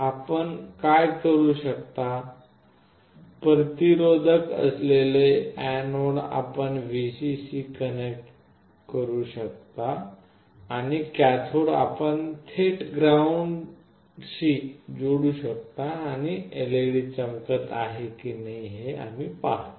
आपण काय करू शकता प्रतिरोधक असलेले एनोड आपण VCC कनेक्ट करू शकता आणि कॅथोड आपण थेट ग्राउंडशी जोडू शकता आणि LED चमकत आहे की नाही हे आम्ही पाहतो